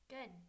Good